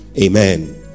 Amen